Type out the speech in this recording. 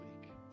week